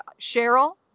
Cheryl